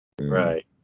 Right